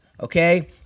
okay